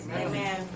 Amen